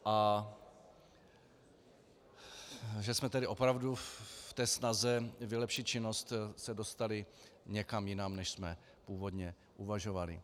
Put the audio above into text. A že jsme tedy opravdu v té snaze vylepšit činnost se dostali někam jinam, než jsme původně uvažovali.